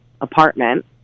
apartment